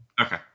Okay